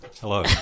Hello